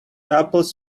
apples